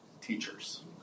teachers